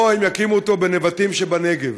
או יקימו אותו בנבטים שבנגב.